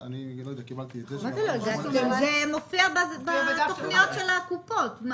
זה מופיע בתוכניות של קופות החולים.